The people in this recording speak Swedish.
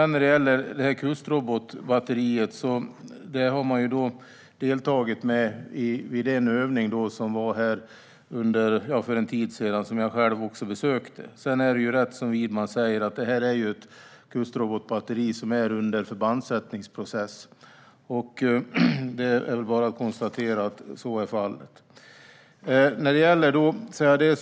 När det gäller kustrobotbatteriet deltog man med det vid den övning som var för en tid sedan och som jag själv besökte. Widman har rätt i att det är ett kustrobotbatteri som är under förbandsättning. Så är fallet.